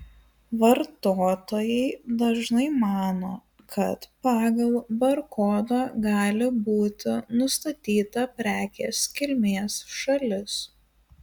vartotojai dažnai mano kad pagal barkodą gali būti nustatyta prekės kilmės šalis